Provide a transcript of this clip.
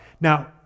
Now